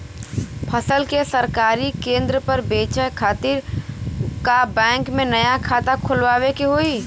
फसल के सरकारी केंद्र पर बेचय खातिर का बैंक में नया खाता खोलवावे के होई?